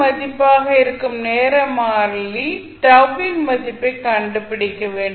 மதிப்பாக இருக்கும் நேர மாறிலி வின் மதிப்பை கண்டுபிடிக்க வேண்டும்